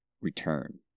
return